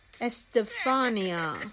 Estefania